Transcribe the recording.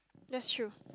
that's true